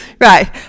Right